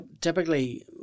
Typically